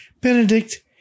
Benedict